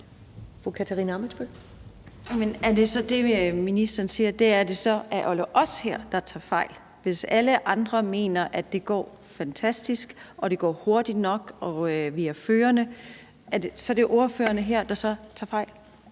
Men er det, ministeren siger, så, at det er alle os her, der tager fejl? Hvis alle andre mener, at det går fantastisk, og at det går hurtigt nok, og at vi er førende, må det jo være ordførerne her, der tager fejl.